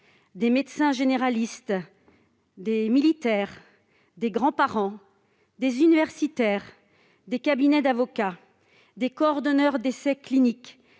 des médecins généralistes, des militaires, des grands-parents, des universitaires, des avocats, des coordinateurs d'essais cliniques,